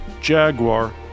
Jaguar